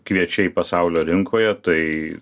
kviečiai pasaulio rinkoje tai